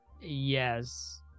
Yes